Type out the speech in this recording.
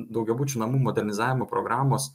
daugiabučių namų modernizavimo programos